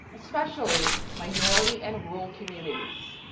especially minority and rural communities.